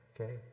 Okay